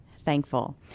thankful